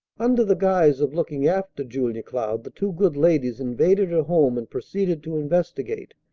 under the guise of looking after julia cloud the two good ladies invaded her home and proceeded to investigate.